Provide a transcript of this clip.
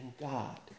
God